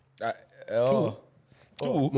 Two